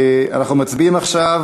אנחנו מצביעים עכשיו